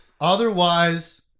Otherwise